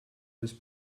this